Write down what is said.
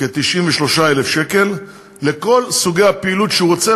כ-93,000 שקל לכל סוגי הפעילות שהוא רוצה,